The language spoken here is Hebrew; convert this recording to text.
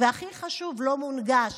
והכי חשוב: לא מונגש.